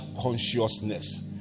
consciousness